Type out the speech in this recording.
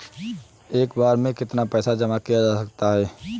एक बार में कितना पैसा जमा किया जा सकता है?